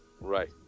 right